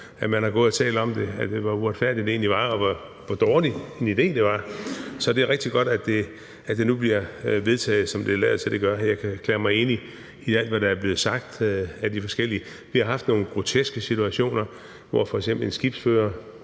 år. Man har gået og talt om, hvor uretfærdigt det egentlig var, og hvor dårlig en idé det var. Så det er rigtig godt, at det nu bliver vedtaget, som det lader til det gør. Jeg kan erklære mig enig i alt, hvad der er blevet sagt af de forskellige. Vi har haft nogle groteske situationer, hvor f.eks. en skibsfører,